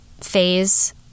phase